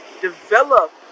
develop